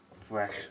Fresh